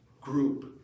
group